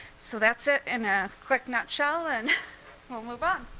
so that's it in a quick nutshell, and we'll move on.